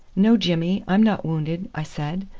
no jimmy, i'm not wounded, i said.